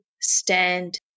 stand